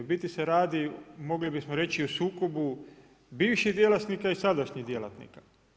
U biti se radi, mogli bismo reći u sukobu bivših djelatnika i sadašnjih djelatnika.